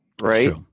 right